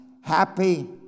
happy